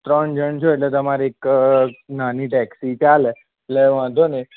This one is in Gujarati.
ત્રણ જણ છો એટલે તમારે એક નાની ટેક્સી ચાલે એટલે વાંધો નહી